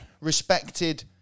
respected